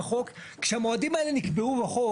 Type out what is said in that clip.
כשהמועדים האלה נקבעו בחוק,